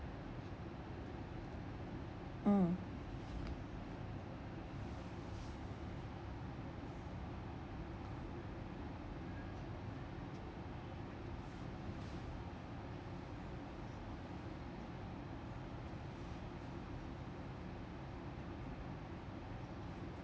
mm